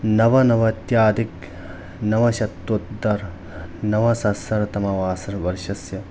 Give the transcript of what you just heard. नवनवत्याधिक नवशतोत्तर नवसहस्रतमवर्षस्य